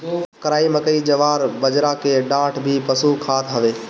कराई, मकई, जवार, बजरा के डांठ भी पशु खात हवे